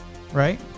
right